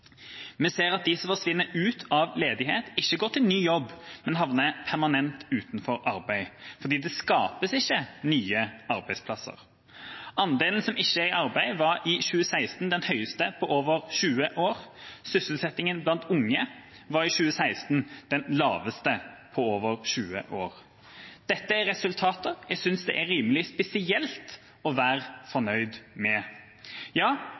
Vi ser at de som forsvinner ut av ledighet, ikke går til ny jobb, men havner permanent utenfor arbeid, for det skapes ikke nye arbeidsplasser. Andelen som ikke er i arbeid, var i 2016 den høyeste på over 20 år. Sysselsettingen blant unge var i 2016 den laveste på over 20 år. Dette er resultater jeg synes det er rimelig spesielt å være fornøyd med. Ja,